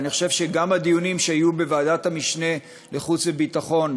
ואני חושב שגם הדיונים שהיו בוועדת המשנה של ועדת חוץ וביטחון,